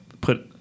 put